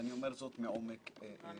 ואני אומר זאת מעומק הלב.